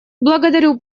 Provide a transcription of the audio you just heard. благодарю